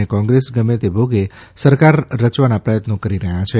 અને કોંગ્રેસ ગમે તે ભોગે સરકાર રચવાના પ્રથત્નો કરી રહ્યા છે